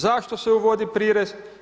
Zašto se uvodi prirez?